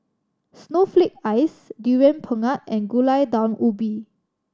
snowflake ice Durian Pengat and Gulai Daun Ubi